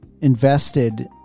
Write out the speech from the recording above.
invested